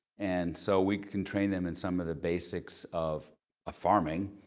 and so we can train them in some of the basics of farming,